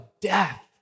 death